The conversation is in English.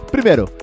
Primeiro